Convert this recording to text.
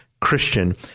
christian